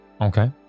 Okay